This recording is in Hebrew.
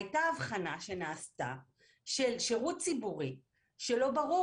הייתה הבחנה שנעשתה של שירות ציבורי שלא ברור,